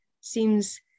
seems